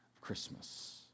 Christmas